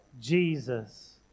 Jesus